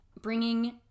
bringing